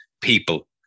people